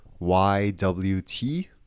YWT